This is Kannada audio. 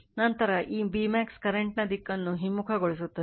ನಂತರ ಈ Bmax ಕರೆಂಟ್ ನ ದಿಕ್ಕನ್ನು ಹಿಮ್ಮುಖಗೊಳಿಸುತ್ತದೆ